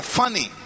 funny